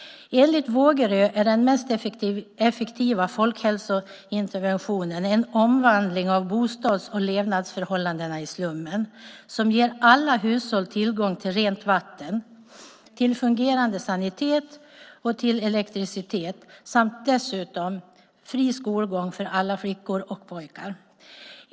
Enligt professor Vågerö är den mest effektiva folkhälsointerventionen en omvandling av bostads och levnadsförhållandena i slummen som ger alla hushåll tillgång till rent vatten, fungerande sanitet och elektricitet samt fri skolgång för alla flickor och pojkar.